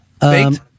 Baked